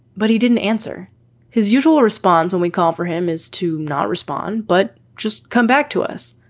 but he didn't answer his usual response when we call for him is to not respond. but just come back to us.